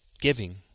giving